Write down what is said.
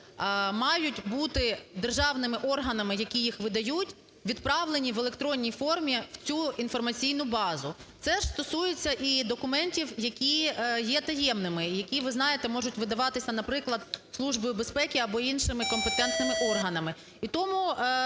мають бути державними органами, які їх видають, відправлені в електронній формі в цю інформаційну базу. Це ж стосується і документів, які є таємними, які, ви знаєте, можуть видаватися, наприклад, Службою безпеки або іншими компетентними органами.